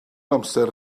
amser